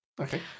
okay